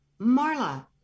Marla